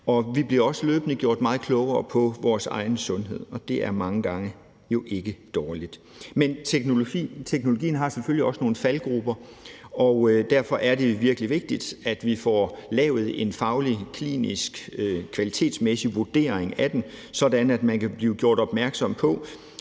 vi bliver også løbende gjort meget klogere på vores egen sundhed, og det er jo mange gange ikke dårligt. Men teknologien har selvfølgelig også nogle faldgruber, og derfor er det virkelig vigtigt, at vi får lavet en faglig, klinisk kvalitetsmæssig vurdering af den, så man kan blive gjort opmærksom på,